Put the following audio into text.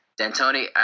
D'Antoni